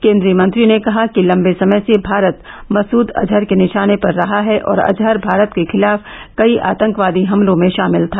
केन्द्रीय मंत्री ने कहा कि लम्बे समय से भारत मसूद अजहर के निशाने पर रहा है और अजहर भारत के खिलाफ कई आतंकवादी हमलों में शामिल था